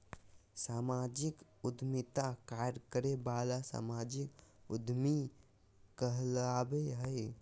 सामाजिक उद्यमिता कार्य करे वाला सामाजिक उद्यमी कहलाबो हइ